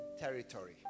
territory